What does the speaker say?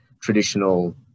traditional